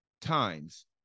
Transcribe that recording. times